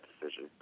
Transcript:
decision